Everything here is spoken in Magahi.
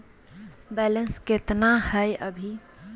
बैलेंस केतना हय अभी?